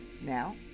Now